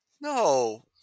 no